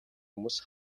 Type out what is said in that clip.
хүмүүс